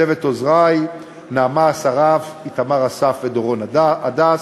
צוות עוזרי, נעמה אסרף, איתמר אסף ודורון הדס,